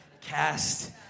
cast